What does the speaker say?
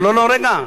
לא, רגע.